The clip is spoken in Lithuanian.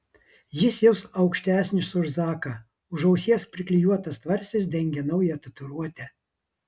jis jau aukštesnis už zaką už ausies priklijuotas tvarstis dengia naują tatuiruotę